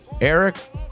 Eric